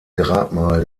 grabmal